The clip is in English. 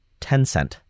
Tencent